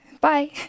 Bye